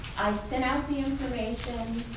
sent out the information.